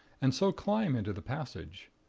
and so climb into the passage.